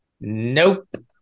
Nope